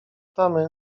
tamy